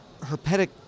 herpetic